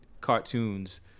cartoons